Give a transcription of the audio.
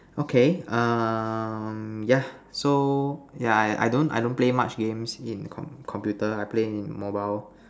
okay um yeah so yeah I don't I don't play much games in com computer I play in mobile